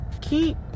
keep